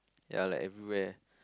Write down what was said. ya like everywhere